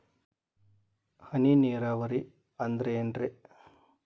ಹನಿ ನೇರಾವರಿ ಅಂದ್ರೇನ್ರೇ?